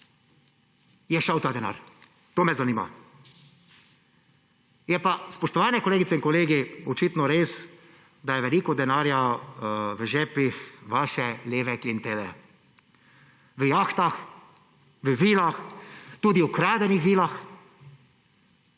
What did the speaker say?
je šel ta denar, to me zanima. Je pa, spoštovani kolegice in kolegi, očitno res, da je veliko denarja v žepih vaše leve klientele; v jahtah, v vilah, tudi ukradenih vilah,